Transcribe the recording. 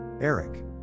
eric